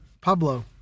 Pablo